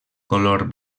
color